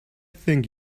think